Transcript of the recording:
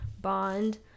bond